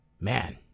man